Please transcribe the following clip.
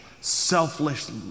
selfless